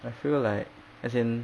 I feel like as in